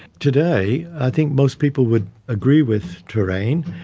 today i think most people would agree with touraine.